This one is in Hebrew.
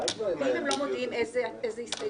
ואם הם לא מודיעים איזה הסתייגויות?